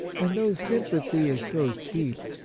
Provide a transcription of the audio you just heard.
and though sympathy is so cheap,